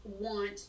want